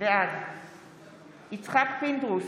בעד יצחק פינדרוס,